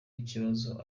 ikibazo